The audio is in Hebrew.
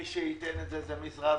מי שייתן את זה, זה משרד